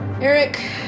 Eric